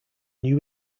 new